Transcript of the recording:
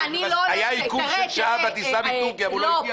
היה עיכוב של שעה בטיסה מטורקיה והוא לא הגיע,